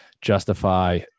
justify